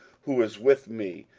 who is with me,